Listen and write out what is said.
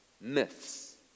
myths